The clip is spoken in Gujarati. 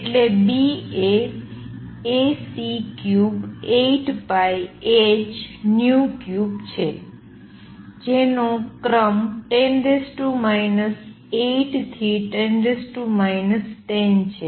એટલે B એ Ac38πh3 છે જેનો ક્રમ 10 8 થી 10 10 છે